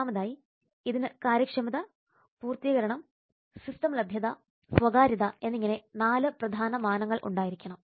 ഒന്നാമതായി ഇതിന് കാര്യക്ഷമത പൂർത്തീകരണം സിസ്റ്റം ലഭ്യത സ്വകാര്യത എന്നിങ്ങനെ നാല് പ്രധാന മാനങ്ങൾ ഉണ്ടായിരിക്കണം